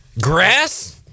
Grass